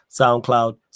SoundCloud